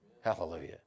Hallelujah